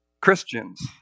Christians